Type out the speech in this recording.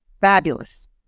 fabulous